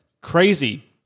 Crazy